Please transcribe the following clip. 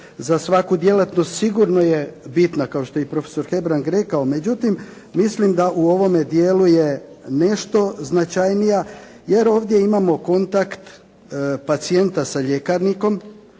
za svaku djelatnost sigurno je bitna, kao što je i profesor Hebrang rekao. Međutim, mislim da u ovome dijelu je nešto značajnija, jer ovdje imamo kontakt pacijenta sa ljekarnikom,